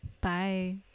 Bye